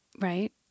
Right